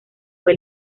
fue